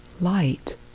light